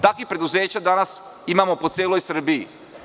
Takvih preduzeća danas imamo po celoj Srbiji.